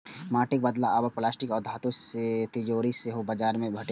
माटिक बदला आब प्लास्टिक आ धातुक तिजौरी सेहो बाजार मे भेटै छै